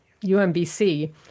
UMBC